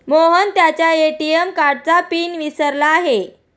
मोहन त्याच्या ए.टी.एम कार्डचा पिन विसरला आहे